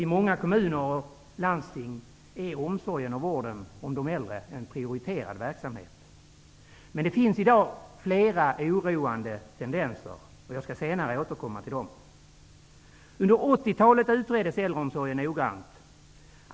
I många kommuner och landsting är omsorgen och vården om de äldre en prioriterad verksamhet. Men det finns i dag flera oroande tendenser. Jag skall senare återkomma till dessa. Under 80-talet utreddes äldreomsorgen noggrant.